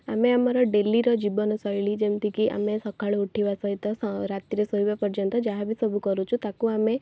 ଆମେ ଆମର ଡେଲିର ଜୀବନଶୈଳୀ ଯେମତିକି ଆମେ ସକାଳୁ ଉଠିବା ସହିତ ସ ରାତିରେ ଶୋଇବା ପର୍ଯ୍ୟନ୍ତ ଯାହାବି ସବୁ କରୁଛୁ ତାକୁ ଆମେ